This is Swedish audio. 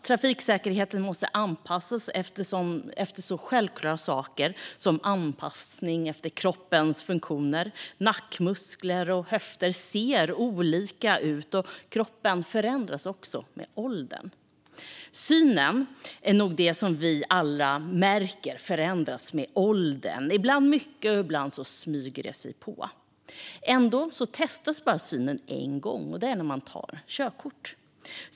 Trafiksäkerheten måste anpassas efter så självklara saker som kroppens funktioner. Nackmuskler och höfter ser olika ut, och kroppen förändras också med åldern. Synen är nog det som vi alla mest märker förändras med åldern - ibland mycket och ibland smyger det sig på. Ändå testas bara synen en gång, och det är när man tar körkort.